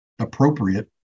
appropriate